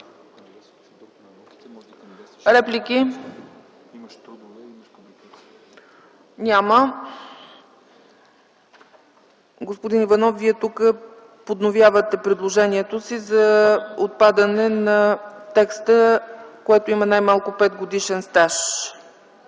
Реплики? Няма. Господин Иванов, Вие тук подновявате предложението си за отпадане на текста „който има най-малко 5-годишен стаж”.